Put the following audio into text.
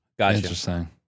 Interesting